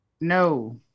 No